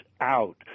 out